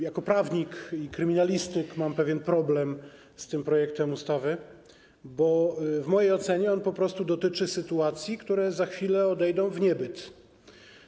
Jako prawnik i kryminalistyk mam pewien problem z tym projektem ustawy, bo w mojej ocenie on po prostu dotyczy sytuacji, które za chwilę odejdą w niebyt.